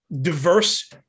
diverse